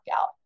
out